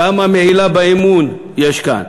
כמה מעילה באמון יש כאן,